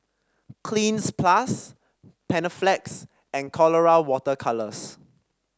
Cleanz Plus Panaflex and Colora Water Colours